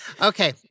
Okay